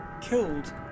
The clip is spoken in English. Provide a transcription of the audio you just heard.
killed